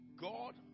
God